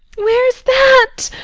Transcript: where's that?